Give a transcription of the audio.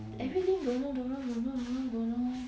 everything don't know don't know don't know don't know